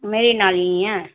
மிரிணாளினியா